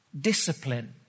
discipline